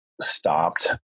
stopped